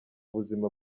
buzima